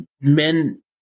men